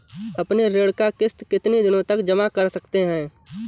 अपनी ऋण का किश्त कितनी दिनों तक जमा कर सकते हैं?